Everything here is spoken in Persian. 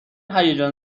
هیجان